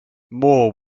moore